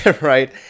right